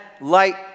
light